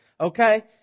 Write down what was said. Okay